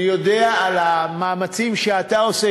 אני יודע על המאמצים שאתה עושה,